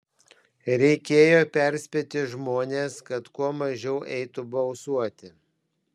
reikėjo perspėti žmones kad kuo mažiau eitų balsuoti